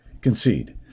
concede